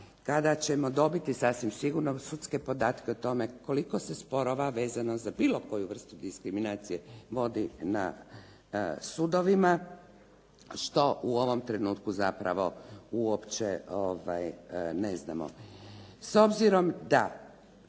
kada ćemo dobiti sasvim sigurno sudske podatke o tome koliko se sporova vezano za bilo koju vrstu diskriminacije vodi na sudovima što u ovom trenutku zapravo uopće ne znamo. S obzirom da